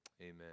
Amen